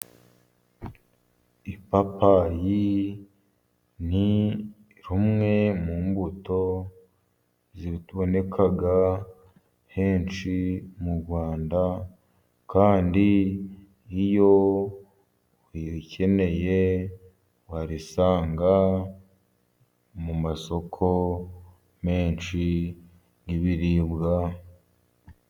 Ipapayi ni rumwe mu mbuto ziboneka henshi mu Rwanda, kandi iyo uyikeneye warisanga mu masoko menshi y'ibiribwa.